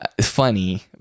funny